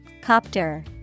Copter